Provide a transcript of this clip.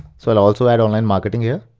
so i'll also add online marketing here.